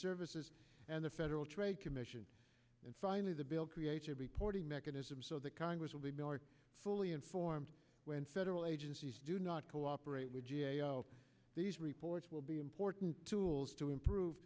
services and the federal trade commission and finally the bill creates a reporting mechanism so that congress will be more fully informed when federal agencies do not cooperate with these reports will be important tools to improve